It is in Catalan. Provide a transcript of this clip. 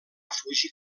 fugir